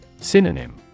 Synonym